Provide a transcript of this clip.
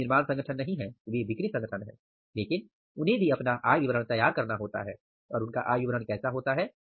विनिर्माण संगठन नहीं है वे बिक्री संगठन है लेकिन उन्हें भी अपना आय विवरण तैयार करना होता है और उनका आय विवरण कैसा होता है